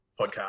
podcast